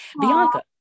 Bianca